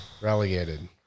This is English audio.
relegated